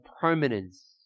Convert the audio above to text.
permanence